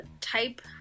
type